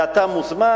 ואתה מוזמן.